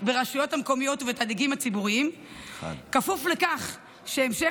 ברשויות המקומיות ובתאגידים הציבוריים בכפוף לכך שהמשך